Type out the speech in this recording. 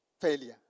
failure